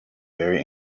very